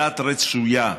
הדת רצויה,